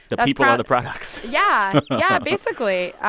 the people are the products yeah yeah, basically.